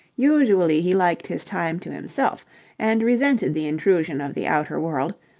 usually he liked his time to himself and resented the intrusion of the outer world,